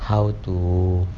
how to